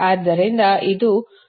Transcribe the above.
ಆದ್ದರಿಂದ ಇದು 290